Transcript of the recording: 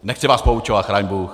Nechci vás poučovat, chraň bůh.